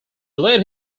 led